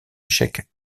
échec